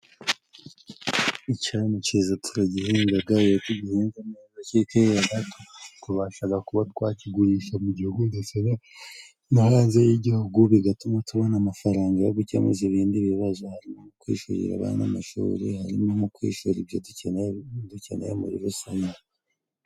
Icayi ni ciza turagihingaga iyo tugihinze neza kikera, tubashaga kuba twakigurisha mu gihugu ndetse no hanze y'igihugu, bigatuma tubona amafaranga yo gukemuza ibindi bibazo, harimo kwishurira abana amashuri harimo nko kwishura ibyo dukeneye dukeneye muri rusange.